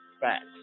facts